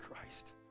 Christ